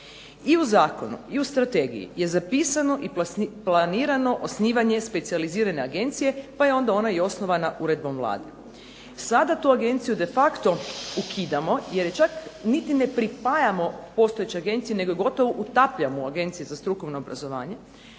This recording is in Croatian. I u zakonu i u strategiji je zapisano i planirano osnivanje specijalizirane agencije pa je onda ona i osnovana uredbom Vlade. Sada tu agenciju de facto ukidamo jer je čak niti ne pripajamo postojećoj agenciji nego je gotovo utapljamo u Agenciji za strukovno obrazovanje